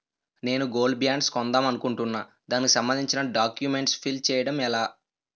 నేను gold bonds కొందాం అనుకుంటున్నా దానికి సంబందించిన డాక్యుమెంట్స్ ఫిల్ చేయడం ఎలా?